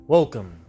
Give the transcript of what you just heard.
Welcome